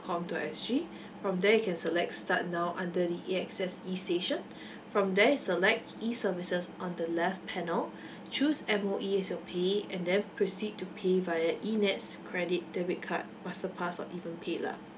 com dot S G from there you can select start now under the A_X_S E station from there select E services on the left panel choose M_O_E as your payee and then proceed to pay via E NETS credit debit card master pass or even pay lah